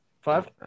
five